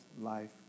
life